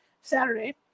Saturday